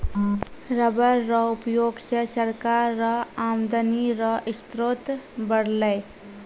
rubber रो उयोग से सरकार रो आमदनी रो स्रोत बरलै